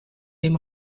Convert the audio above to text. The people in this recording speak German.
dem